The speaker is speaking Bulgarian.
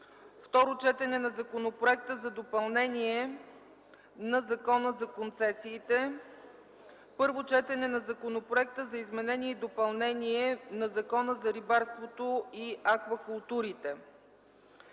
Второ четене на Законопроекта за допълнение на Закона за концесиите. 8. Първо четене на Законопроекта за изменение и допълнение на Закона за рибарството и аквакултурите.